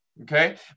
okay